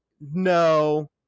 no